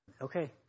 Okay